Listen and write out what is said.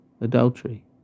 adultery